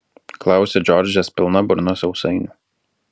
klausia džordžas pilna burna sausainių